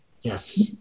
Yes